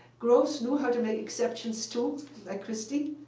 groves knew how to make exceptions, too, like christy.